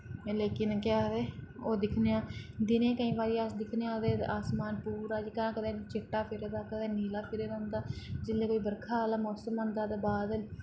लेकिन केह् आखदे ओ दिक्खने आं दिने केईं बारी अस दिक्खने आं ते आसमान पूरा जेह्का कदें चिट्टा फिरे दा कदें नीला फिरे दा होंदा जिल्लै कोई बर्खा आह्ला मौसम होंदा ते बादल